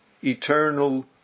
eternal